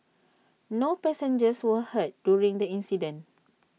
no passengers were hurt during the incident